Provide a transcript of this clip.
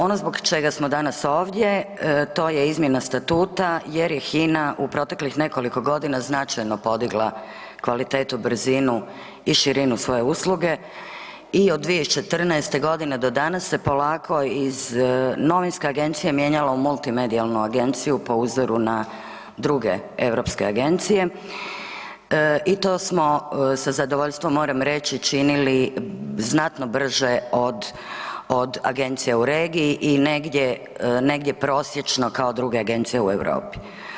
Ono zbog čega smo danas ovdje, to je izmjena statuta jer je HINA u proteklih nekoliko godina značajno podigla kvalitetu, brzinu i širinu svoje usluge i od 2014. g. do danas se polako iz novinske agencije mijenjalo u multimedijalnu agenciju po uzoru na druge europske agencije i to smo sa zadovoljstvom, moram reći činili znatno brže od agencija u regiji i negdje prosječno kao druge agencije u Europi.